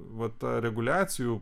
va tą reguliacijų